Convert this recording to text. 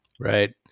Right